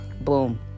boom